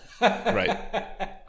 Right